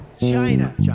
China